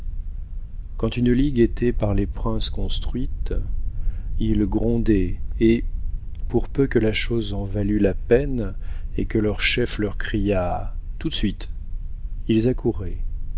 quand une ligue était par les princes construite ils grondaient et pour peu que la chose en valût la peine et que leur chef leur criât tout de suite ils accouraient